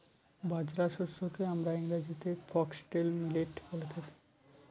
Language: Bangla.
বাজরা শস্যকে আমরা ইংরেজিতে ফক্সটেল মিলেট বলে থাকি